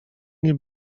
nie